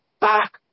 back